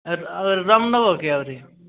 ଆଉ ଆଉ ରମ୍ ନେବ କି ଆହୁରି